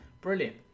brilliant